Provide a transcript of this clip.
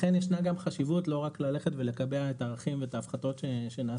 לכן ישנה גם חשיבות לא רק לקבע את הערכים וההפחתות שנעשו,